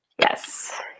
yes